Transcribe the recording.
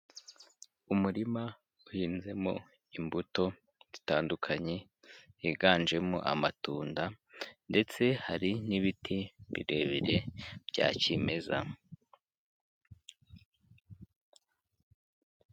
Umurima uhinnzemo imbuto zitandukanye, higanjemo amatunda, ndetse hari n'ibiti birebire bya kimeza.